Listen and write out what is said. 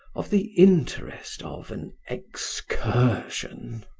of the interest of an excursion!